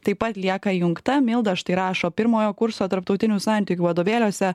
taip pat lieka įjungta milda štai rašo pirmojo kurso tarptautinių santykių vadovėliuose